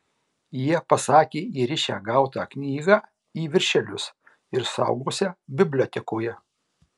jie pasakė įrišią gautą knygą į viršelius ir saugosią bibliotekoje